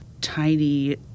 tiny